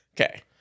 Okay